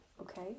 okay